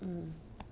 hmm